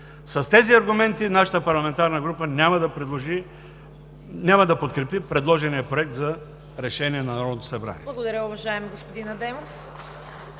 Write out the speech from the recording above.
С тези аргументи нашата парламентарна няма да подкрепи предложения Проект за решение на Народното събрание.